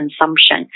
consumption